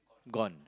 gone